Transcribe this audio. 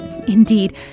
Indeed